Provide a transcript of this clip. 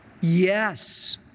Yes